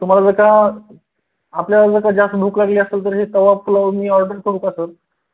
तुम्हाला जर का आपल्याला का जास्त भूक लागली असेल तर तवा पुलाव मी ऑर्डर करू का सर